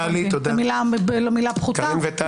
מילה פחותה.